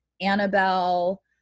Annabelle